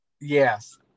Yes